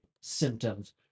symptoms